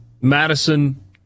Madison